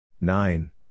Nine